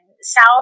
South